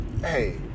hey